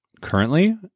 currently